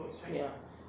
ya